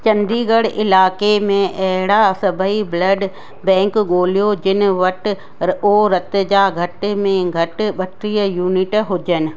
चंडीगढ़ इलाइक़े में अहिड़ा सभई ब्लड बैंक ॻोल्हियो जिनि वटि ओ रत जा घट में घटि ॿटीह यूनिट हुजनि